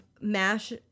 MASH